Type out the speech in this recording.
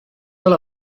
ole